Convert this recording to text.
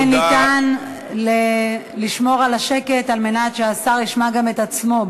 אם ניתן לשמור על השקט על מנת שהשר ישמע גם את עצמו,